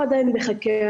או עדיין בחקירה,